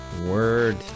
Word